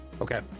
Okay